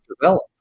develop